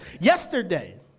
Yesterday